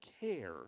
care